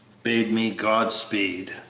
bade me god-speed.